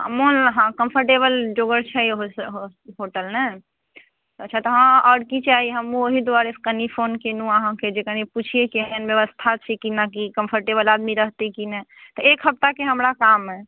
मन हँ कम्फर्टेबल जोगर छै ओहो सभ होटल ने अच्छा तऽ आओर की चाही हमहुँ ओहि दुआरे कनि फोन कयलहुँ अहाँकेँ जे कनि पुछियै केहन व्यवस्था छै केना कि कम्फर्टेबल आदमी रहतै कि नहि तऽ एक हफ्ताके हमरा काम अइ